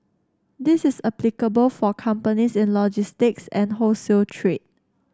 this is applicable for companies in logistics and wholesale trade